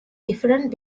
different